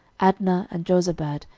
adnah, and jozabad,